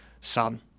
son